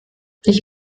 ich